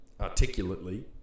articulately